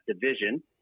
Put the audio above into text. division